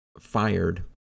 fired